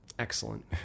excellent